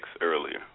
earlier